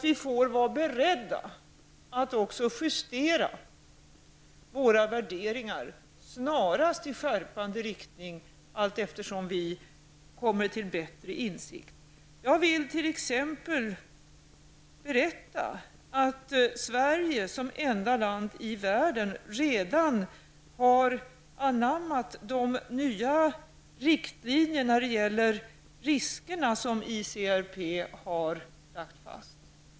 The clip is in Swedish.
Vi får vara beredda att också justera våra värderingar snarast i skärpande riktning allteftersom vi kommer till bättre insikt. Jag vill t.ex. berätta att Sverige som enda land i världen redan har anammat de nya riktlinjer när det gäller riskerna som ICRP har lagt fast.